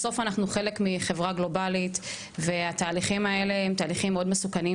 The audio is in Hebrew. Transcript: בסוף אנחנו חלק מחברה גלובלית והתהליכים האלה הם תהליכים מאוד מסוכנים,